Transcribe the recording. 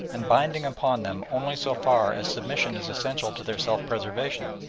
and binding upon them only so far as submission is essential to their self-preservation.